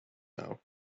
now